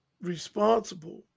responsible